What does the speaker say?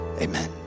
Amen